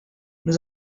nous